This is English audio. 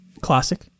classic